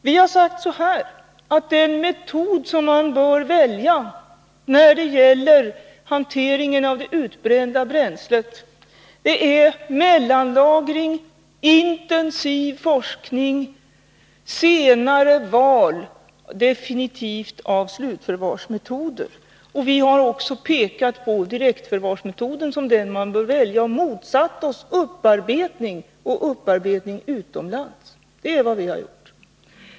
Vi har sagt att den metod man bör välja när det gäller hanteringen av det utbrända bränslet är mellanlagring, intensiv forskning och senare definitivt val av slutförvaringsmetod. Vi har också pekat på direktförvarsmetoden som den man bör välja, och motsatt oss upparbetning, även utomlands. Det är vad vi har gjort.